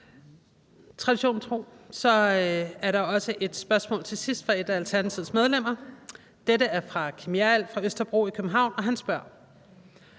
Traditionen tro er der også et spørgsmål til sidst fra et af Alternativets medlemmer. Dette er fra Kim Hjerrild fra Østerbro i København, og han spørger: